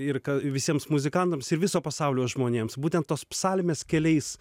ir visiems muzikantams ir viso pasaulio žmonėms būtent tos psalmės keliais